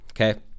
okay